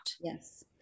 Yes